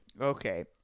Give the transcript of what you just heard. Okay